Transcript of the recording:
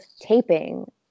taping